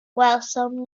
welsom